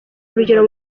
urugero